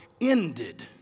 ended